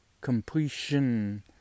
completion